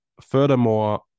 Furthermore